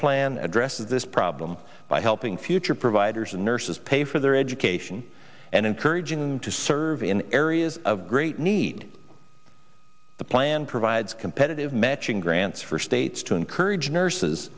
plan addresses this problem by helping future providers and nurses pay for their education and encouraging them to serve in areas of great need the plan provides competitive matching grants for states to courage nurses